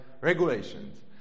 regulations